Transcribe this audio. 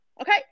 okay